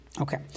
Okay